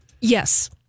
Yes